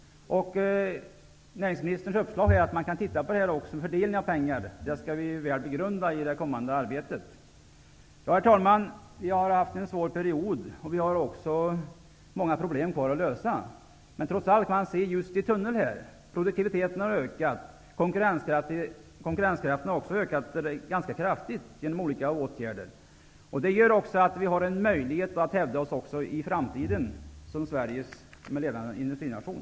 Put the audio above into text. Näringsministerns uppdrag är att se över fördelningen av pengar. Det skall vi väl begrunda i det kommande arbetet. Herr talman! Det har varit en svår period och det finns också många problem kvar att lösa, men man ser trots allt ljuset i tunneln. Produktiviteten har ökat och konkurrenskraften har också genom olika åtgärder ökat ganska kraftigt. Det gör att Sverige har en möjlighet att också i framtiden hävda sig som en ledande industrination.